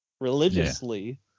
religiously